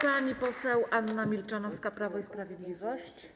Pani poseł Anna Milczanowska, Prawo i Sprawiedliwość.